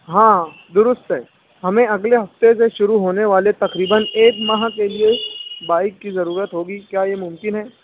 ہاں درست ہے ہمیں اگلے ہفتے سے شروع ہونے والے تقریباً ایک ماہ کے لیے بائک کی ضرورت ہوگی کیا یہ ممکن ہے